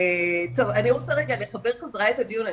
אני רוצה לחבר חזרה את הדיון.